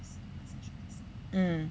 mm